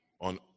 On